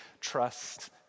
trust